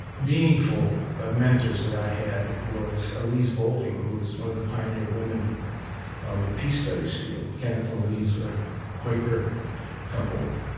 meaningful mentors that i had was elise boulding, who was one of the pioneer women of the peace studies field. kenneth and elise were a quaker couple.